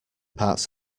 parts